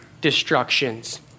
destructions